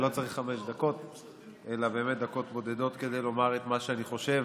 אני לא צריך חמש דקות אלא באמת דקות בודדות כדי לומר את מה שאני חושב.